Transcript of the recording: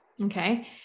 Okay